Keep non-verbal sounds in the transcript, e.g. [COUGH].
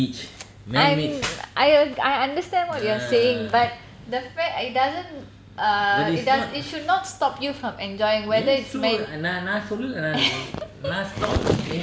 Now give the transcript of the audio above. [NOISE] I'm I err I understand what you're saying but the fact it doesn't err it doesn~ it should not stop you from enjoying whether it's man~ [LAUGHS]